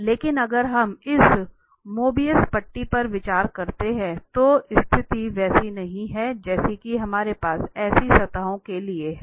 लेकिन अगर हम इस मोबियस पट्टी पर विचार करते हैं तो स्थिति वैसी नहीं है जैसी कि हमारे पास ऐसी सतहों के लिए है